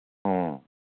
ꯑꯣ